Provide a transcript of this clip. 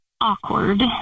awkward